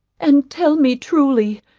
and tell me truly,